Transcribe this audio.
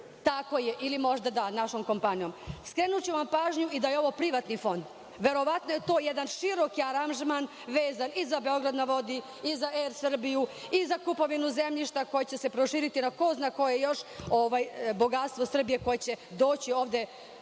ili možda našom kompanijom? Skrenuću vam pažnju i da je ovo privatni fond. Verovatno je to jedan široki aranžman vezan i za „Beograd na vodi“ i za „Er Srbiju“ i za kupovinu zemljišta koji će se proširiti na ko zna koje još bogatstvo Srbije koje će doći ovde,